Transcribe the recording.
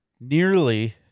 Nearly